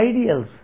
ideals